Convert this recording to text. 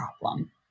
problem